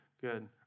good